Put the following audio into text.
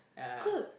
good